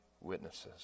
witnesses